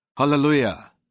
Hallelujah